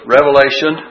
Revelation